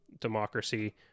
democracy